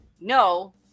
no